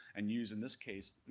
and use, in this case,